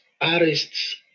artists